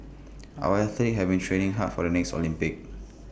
our athletes have been training hard for the next Olympics